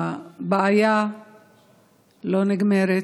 הבעיה לא נגמרת,